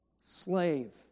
slave